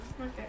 okay